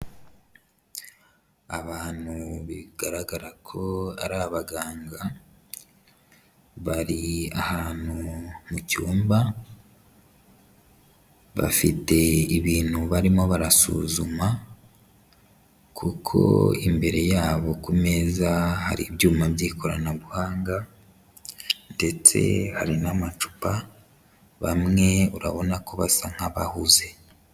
Abantu bigaragara ko ari abaganga. Bari ahantu mu cyumba, bafite ibintu barimo barasuzuma, kuko imbere yabo ku meza hari ibyuma by'ikoranabuhanga ndetse hari n'amacupa, bamwe urabona ko basa nk'abahuze.